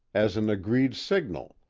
as an agreed signal,